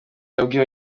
yabwiye